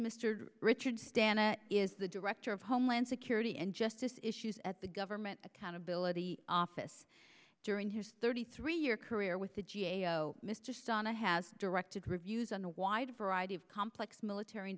mr richard stana is the director of homeland security and justice issues at the government accountability office during his thirty three year career with the g a o mr stana has directed reviews on a wide variety of complex military